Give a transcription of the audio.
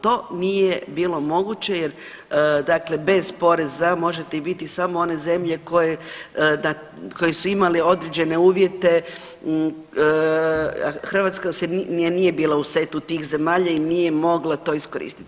To nije bilo moguće jer dakle bez poreza možete biti samo one zemlje koje su imale određene uvjete, Hrvatska nije bila u setu tih zemalja i nije mogla to iskoristit.